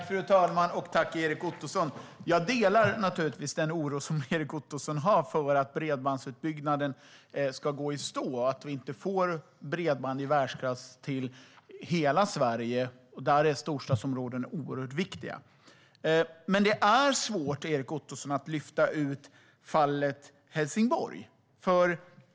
Fru talman! Jag vill tacka Erik Ottoson. Jag delar Erik Ottosons oro för att bredbandsutbyggnaden ska gå i stå, så att vi inte får bredband i världsklass i hela Sverige, där storstadsområdena är oerhört viktiga. Men det är svårt att lyfta ut fallet Helsingborg.